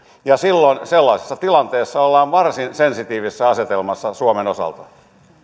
ja silloin sellaisessa tilanteessa ollaan varsin sensitiivisessä asetelmassa suomen osalta